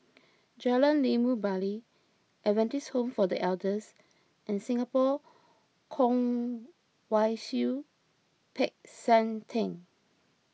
Jalan Limau Bali Adventist Home for the Elders and Singapore Kwong Wai Siew Peck San theng